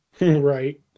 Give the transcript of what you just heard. Right